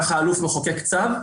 כך האלוף מחוקק צו,